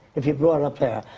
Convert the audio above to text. if you're brought up there.